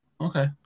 Okay